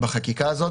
בחקיקה הזאת.